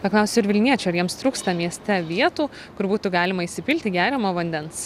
paklausiu ir vilniečių ar jiems trūksta mieste vietų kur būtų galima įsipilti geriamo vandens